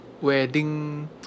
Wedding